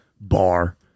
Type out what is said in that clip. bar